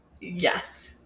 Yes